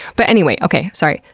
but anyway. okay, sorry.